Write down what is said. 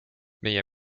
meie